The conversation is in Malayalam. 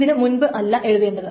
ഇതിനു മുൻപ് അല്ല എഴുതേണ്ടത്